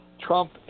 Trump